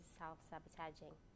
self-sabotaging